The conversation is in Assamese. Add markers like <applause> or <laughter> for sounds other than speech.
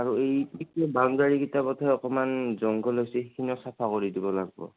আৰু এই <unintelligible> বাউণ্ডাৰী <unintelligible> পথে অকণমান জংঘল হৈছে সেইখিনি চাফা কৰি দিব লাগিব